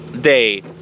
day